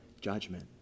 judgment